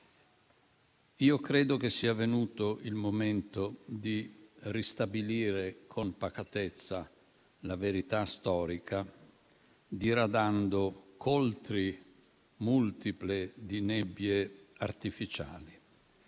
Io credo che sia venuto il momento di ristabilire con pacatezza la verità storica, diradando coltri multiple di nebbie artificiali.